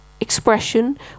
expression